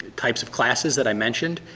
types of classes that i mentioned,